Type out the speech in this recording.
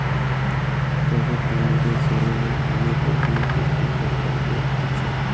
পশু প্রাণীদের শরীরের অনেক রকমের পুষ্টির দরকার পড়তিছে